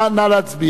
נא להצביע.